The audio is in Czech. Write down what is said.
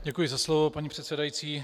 Děkuji za slovo, paní předsedající.